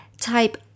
Type